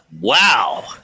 Wow